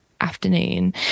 afternoon